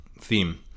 theme